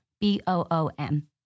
B-O-O-M